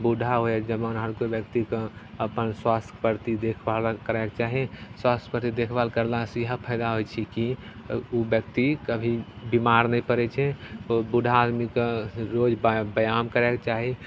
बूढ़ा होइ जवान हर कोइ व्यक्तिके अपन स्वास्थ्यके प्रति देखभाल करैके चाही स्वास्थ्यके प्रति देखभाल करलासे इएह फायदा होइ छै कि ओ व्यक्ति कभी बेमार नहि पड़ै छै बूढ़ा आदमीके रोज व्यायाम करैके चाही